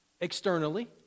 externally